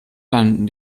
landen